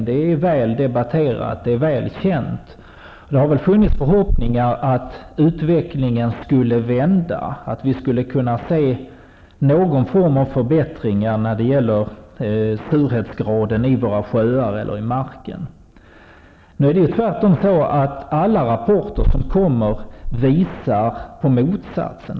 Det är väl debatterat och väl känt. Det har funnits förhoppningar att utvecklingen skulle vända, att vi skulle kunna se någon form av förbättring när det gäller surhetsgraden i våra sjöar eller i marken. Tvärtom visar nu alla rapporter som kommer på motsatsen.